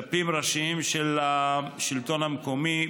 דפים ראשיים של השלטון המקומי,